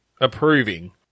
Approving